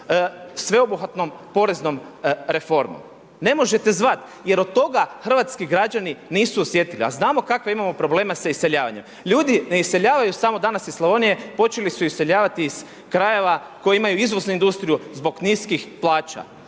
sveobuhvatnom poreznom reformom. Ne možete zvat jer od toga hrvatski građani nisu osjetili, a znamo kakve imamo probleme sa iseljavanjem. Ljudi ne iseljavaju samo danas iz Slavonije, počeli su iseljavati iz krajeva koji imaju izvoznu industriju zbog niskih plaća.